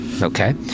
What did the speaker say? Okay